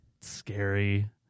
scary